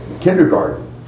kindergarten